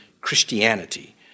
Christianity